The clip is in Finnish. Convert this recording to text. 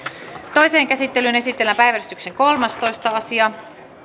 toiseen käsittelyyn esitellään päiväjärjestyksen kolmastoista asia